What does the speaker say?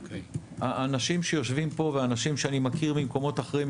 האנשים שיושבים פה ואנשים שאני מכיר ממקומות אחרים,